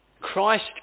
Christ